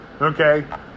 okay